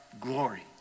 glory